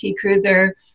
cruiser